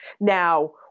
Now